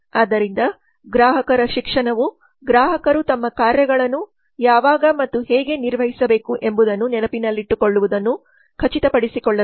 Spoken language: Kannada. ಆದ್ದರಿಂದ ಗ್ರಾಹಕರ ಶಿಕ್ಷಣವು ಗ್ರಾಹಕರು ತಮ್ಮ ಕಾರ್ಯಗಳನ್ನು ಯಾವಾಗ ಮತ್ತು ಹೇಗೆ ನಿರ್ವಹಿಸಬೇಕು ಎಂಬುದನ್ನು ನೆನಪಿನಲ್ಲಿಟ್ಟುಕೊಳ್ಳುವುದನ್ನು ಖಚಿತಪಡಿಸಿಕೊಳ್ಳಬೇಕು